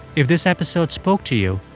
if this episode spoke to you,